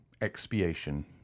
Expiation